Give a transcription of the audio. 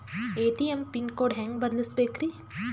ATM pin code ಹೆಂಗ್ ಬದಲ್ಸ್ಬೇಕ್ರಿ?